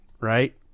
right